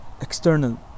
external